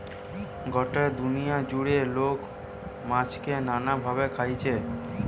গটা দুনিয়া জুড়ে লোক মাছকে নানা ভাবে খাইছে